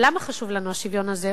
למה חשוב לנו השוויון הזה?